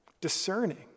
discerning